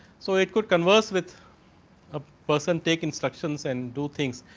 so, it could converse with a person taking instructions and do things.